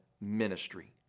ministry